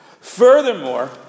Furthermore